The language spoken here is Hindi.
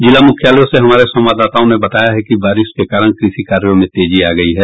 जिला मुख्यालयों से हमारे संवाददाताओं ने बताया है कि बारिश के कारण कृषि कार्यों में तेजी आ गयी है